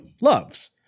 loves